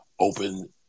Open